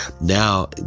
Now